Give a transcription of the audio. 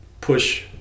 push